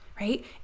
right